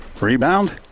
Rebound